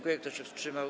Kto się wstrzymał?